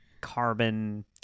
carbon